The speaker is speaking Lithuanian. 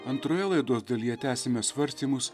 antroje laidos dalyje tęsiame svarstymus